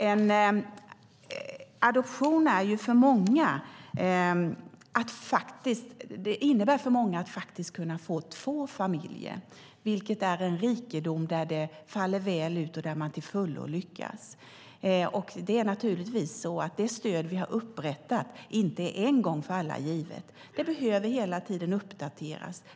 En adoption innebär för många att man kan få två familjer, vilket är en rikedom om det faller väl ut och om man till fullo lyckas. Det stöd vi har upprättat är naturligtvis inte en gång för alla givet. Det behöver hela tiden uppdateras.